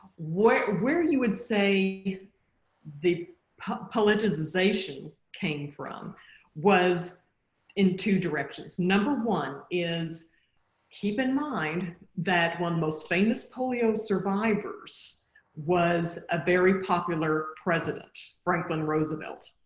where you would say the politicization came from was in two directions. number one is keep in mind that one most famous polio survivors was a very popular president, franklin roosevelt,